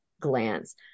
glance